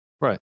right